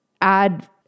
add